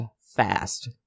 fast